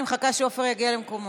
אני מחכה שעפר יגיע למקומו.